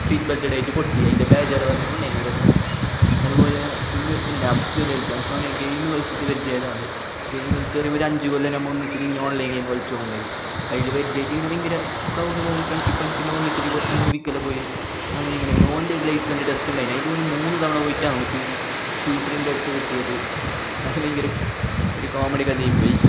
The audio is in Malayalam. സീറ്റ് ബെൽറ്റ് ടൈറ്റ് പൊട്ടി അതിൻ്റെ ബേജാറ് പറഞ്ഞോണ്ടാരുന്നു ഒരസം അതുപോലെ പിന്നെ ഒരുത്തനുണ്ട് അഫ്സൽ എനിക്ക് ഓനെ ഗെയിമ് കളിച്ചിട്ടാണ് പര്ജെയായതാന്ന് ഗെയിം കളിച്ച് ഒരു അഞ്ചു കൊല്ലം നമ്മൾ ഒന്നിച്ചിട്ട് ഇങ്ങനെ ഓൺലൈൻ ഗെയിമ് കളിച്ചോണ്ടായി അതിൽ പര്ജ്യായിട്ട് ഇങ്ങനെ ഭയങ്കര സൗഹൃദമായി ഫ്രെണ്ട്ഷിപ്പായി പിന്നെ ഒന്നിച്ചിട്ട് കുറച്ച് മൂവിക്കെല്ലാം പോയി അങ്ങനെ ഇങ്ങനെ പിന്നോൻ്റെ ഒരു ലൈസ്സിൻ്റെ ടെസ്റ്റുണ്ടായി അതിൻ്റെ ഒരു മൂന്ന് തവണ പോയിട്ടാണ് ഓന്ക്ക് സ്കൂട്ടറിൻ്റെ എട്ട് കിട്ടിയത് അത് ഭയങ്കര ഒരു കോമഡി കഥയായി പോയി